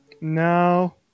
No